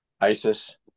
ISIS